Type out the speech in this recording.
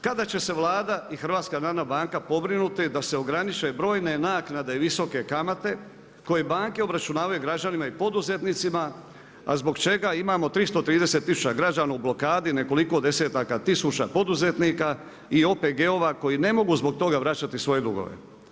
Kada će Vlada i HNB pobrinuti da se ograniče brojne naknade visoke kamate koje banke obračunavaju građanima i poduzetnicima a zbog čega imamo 330 tisuća građana u blokadi, nekoliko desetaka tisuća poduzetnika i OPG-ova koji ne mogu zbog toga vraćati svoje dugove.